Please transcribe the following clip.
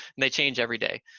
they change every day.